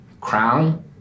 Crown